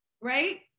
Right